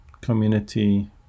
community